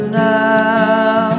now